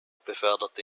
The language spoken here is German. befördert